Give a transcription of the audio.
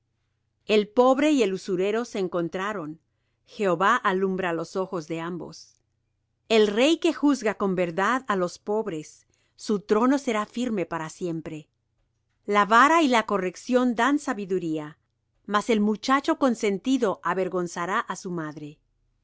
el pobre y el usurero se encontraron jehová alumbra los ojos de ambos el rey que juzga con verdad á los pobres su trono será firme para siempre la vara y la corrección dan sabiduría mas el muchacho consentido avergonzará á su madre